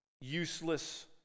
useless